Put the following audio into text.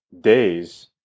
days